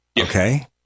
Okay